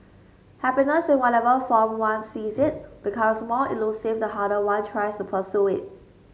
happiness in whatever form one sees it becomes more elusive the harder one tries to pursue it